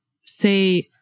say